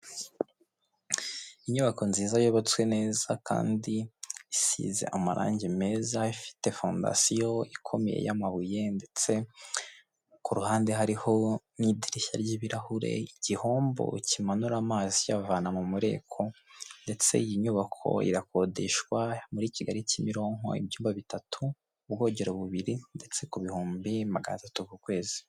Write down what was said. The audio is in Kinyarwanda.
Inyubako nziza yubatswe neza kandi isize amarange meza, ifite fondasiyo ikomeye y'amabuye ndetse ku ruhande hariho n'idirishya ry'ibirahure, igihombo kimanura amazi kiyavana mu mureko ndetse iyi nyubako irakodeshwa muri Kigali Kimironko ibyumba bitatu, ubwogero bubiri ndetse ku bihumbi magana atatu ku kwezi.